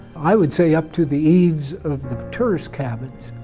i would say up to the eaves of the tourist cabins.